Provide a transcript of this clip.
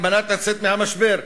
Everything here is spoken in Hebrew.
על מנת לצאת מהמשבר.